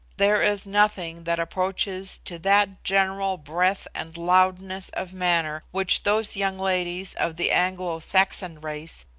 there is nothing that approaches to that general breadth and loudness of manner which those young ladies of the anglo-saxon race,